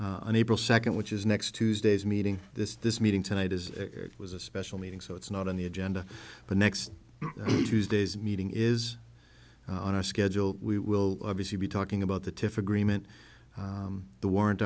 on april second which is next tuesday's meeting this this meeting tonight is was a special meeting so it's not on the agenda but next tuesday's meeting is on a schedule we will obviously be talking about the tiff agreement the war